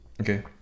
okay